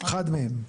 אחד מהם.